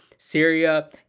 Syria